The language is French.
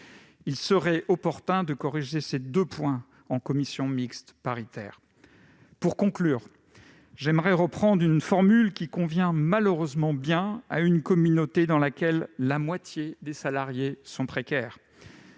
Il serait opportun de corriger ces deux points en commission mixte paritaire. Pour conclure, je reprendrai une formule qui convient malheureusement bien à une communauté dans laquelle la moitié des salariés sont précaires